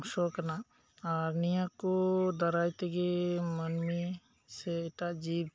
ᱚᱝᱥᱚ ᱠᱟᱱᱟ ᱟᱨ ᱱᱤᱭᱟᱹ ᱠᱚ ᱫᱟᱨᱟᱭ ᱛᱮᱜᱮ ᱢᱟᱹᱱᱢᱤ ᱥᱮ ᱮᱴᱟᱜ ᱡᱤᱵᱽ